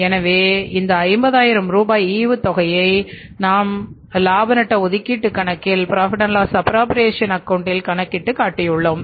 எனவே இந்த 50000 ரூபாய் ஈவுத்தொகையை நாம்இலாப நட்ட ஒதுக்கீட்டுக் கணக்கில் கணக்கிட்டு காட்டியுள்ளோம்